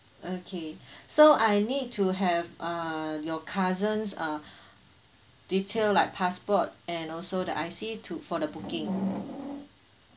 okay so I need to have uh your cousin's uh detail like passport and also the I_C to for the booking